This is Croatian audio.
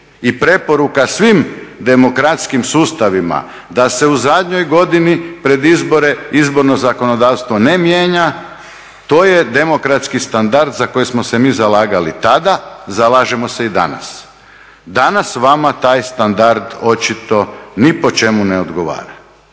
i preporuka svim demokratskim sustavima da se u zadnjoj godini pred izbore izborno zakonodavstvo ne mijenja, to je demokratski standard za koji smo se mi zalagali tada, zalažemo se i danas. Danas vama taj standard očito ni po čemu ne odgovara.